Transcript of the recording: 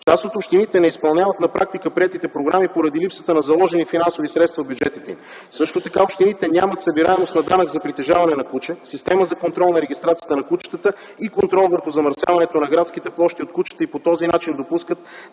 Част от общините не изпълняват на практика приетите програми, поради липсата на заложени финансови средства в бюджетите им. Също така общините нямат събираемост на данък за притежаване на куче, система за контрол на регистрацията на кучетата и контрол върху замърсяването на градските площи от кучета и по този начин допускат